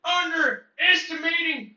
underestimating